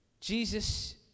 Jesus